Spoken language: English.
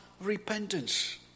repentance